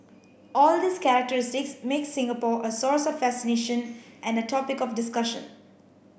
all these characteristics make Singapore a source of fascination and a topic of discussion